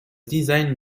designed